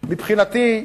מבחינתי,